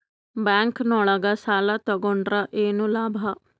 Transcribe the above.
Bank ನೊಳಗ ಸಾಲ ತಗೊಂಡ್ರ ಏನು ಲಾಭ?